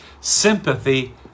sympathy